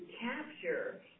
capture